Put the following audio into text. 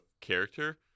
character